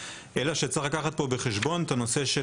אלא שצריך לקחת פה בחשבון את הנושא של